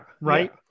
Right